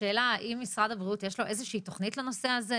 האם למשרד הבריאות יש לו איזו שהיא תוכנית לנושא הזה?